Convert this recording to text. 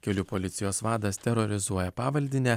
kelių policijos vadas terorizuoja pavaldinę